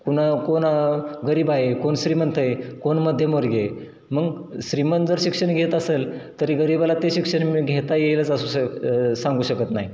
कुणा कोण गरीब आहे कोण श्रीमंत आहे कोण मध्यमवर्गीय आहे मग श्रीमंत जर शिक्षण घेत असल तरी गरीबाला ते शिक्षण घेता येईलच असू शक सांगू शकत नाही